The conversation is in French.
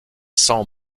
sans